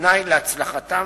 כתנאי להצלחתם